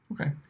Okay